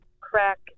crack